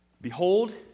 Behold